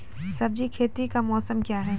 सब्जी खेती का मौसम क्या हैं?